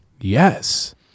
yes